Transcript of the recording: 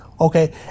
okay